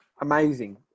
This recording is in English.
amazing